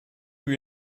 you